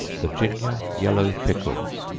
virginia yellow pickles.